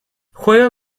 juega